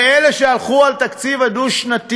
ואלה שהלכו על התקציב הדו-שנתי,